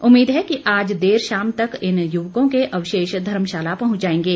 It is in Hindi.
उम्मीद है कि आज देर शाम तक इन युवकों के अवशेष धर्मशाला पहुंच जाएंगे